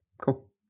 cool